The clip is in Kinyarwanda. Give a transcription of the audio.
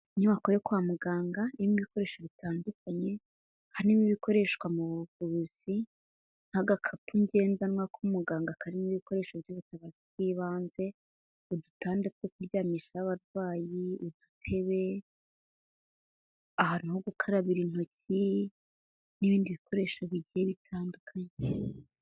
Inyubako yo kwa muganga irimo ibikoresho bitandukanye, harimo ibikoreshwa mu buvuzi, nk'agakapu ngendanwa k'umuganga karimo ibikoresho by'ubutaka bw'ibanze, udutanda two kuryamishaho abarwayi, udutebe, ahantu ho gukarabira intoki, n'ibindi bikoresho bigiye bitandukanye.